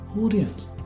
audience